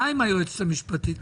מה עם היועצת המשפטית?